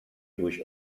durch